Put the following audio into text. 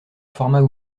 formats